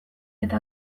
eta